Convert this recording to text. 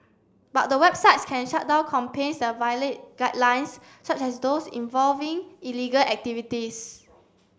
but the websites can shut down campaigns that violate guidelines such as those involving illegal activities